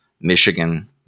Michigan